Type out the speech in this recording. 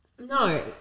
no